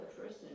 person